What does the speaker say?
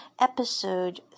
Episode